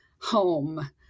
home